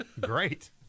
great